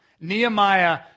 Nehemiah